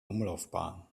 umlaufbahn